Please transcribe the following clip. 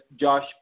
Josh